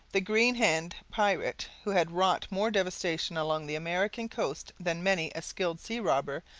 the green-hand pirate, who had wrought more devastation along the american coast than many a skilled sea-robber,